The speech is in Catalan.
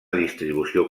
distribució